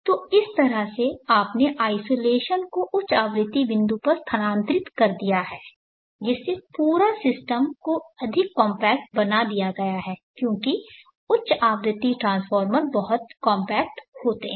तो इस तरह से आपने आइसोलेशन को उच्च आवृत्ति बिंदु पर स्थानांतरित कर दिया है जिससे पूरे सिस्टम को अधिक कॉम्पैक्ट बना दिया गया है क्योंकि उच्च आवृत्ति ट्रांसफार्मर बहुत कॉम्पैक्ट होते हैं